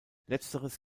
letzteres